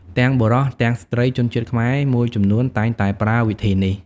ទាំងបុរស ទាំងស្ត្រីជនជាតិខ្មែរមួយចំនួនតែងតែប្រើវិធីនេះ។